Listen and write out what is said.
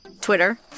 Twitter